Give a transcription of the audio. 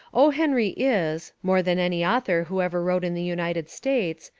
o. henry is, more than any author who ever wrote in the united states,